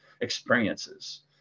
experiences